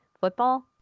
football